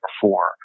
four